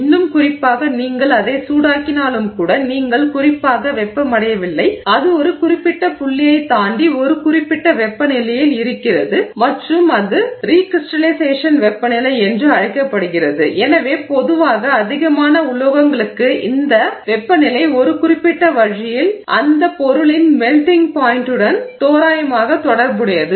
இன்னும் குறிப்பாக நீங்கள் அதை சூடாக்கினாலும் கூட நீங்கள் குறிப்பாக வெப்பமடையவில்லை அது ஒரு குறிப்பிட்ட புள்ளியைத் தாண்டி ஒரு குறிப்பிட்ட வெப்பநிலையில் இருக்கிறது மற்றும் அது ரீகிரிஸ்டலைசேஷன் வெப்பநிலை என்று அழைக்கப்படுகிறது எனவே பொதுவாக அதிகமான உலோகங்களுக்கு இந்த வெப்பநிலை ஒரு குறிப்பிட்ட வழியில் அந்த பொருளின் மெல்டிங் பாய்ண்ட்டுடன் தோராயமாக தொடர்புடையது